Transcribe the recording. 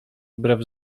brew